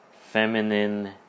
feminine